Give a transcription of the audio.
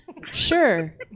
sure